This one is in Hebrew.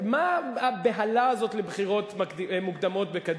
הרי מה הבהלה הזאת לבחירות מוקדמות בקדימה?